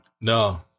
No